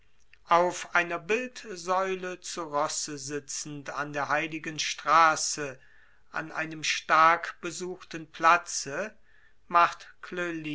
auf einer bildsäule zu rosse sitzend an der heiligen straße an einem stark besuchten platze macht